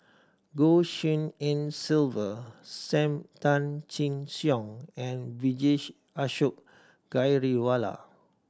Goh Shin En Sylvia Sam Tan Chin Siong and Vijesh Ashok Ghariwala